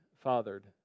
fathered